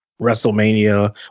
WrestleMania